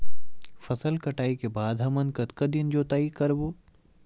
फसल कटाई के बाद हमन कतका दिन जोताई करबो?